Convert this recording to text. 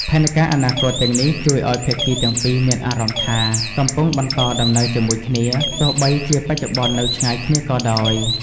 ផែនការអនាគតទាំងនេះជួយឱ្យភាគីទាំងពីរមានអារម្មណ៍ថា កំពុងបន្តដំណើរជាមួយគ្នា ទោះបីជាបច្ចុប្បន្ននៅឆ្ងាយគ្នាក៏ដោយ។